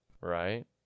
Right